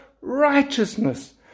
righteousness